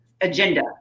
agenda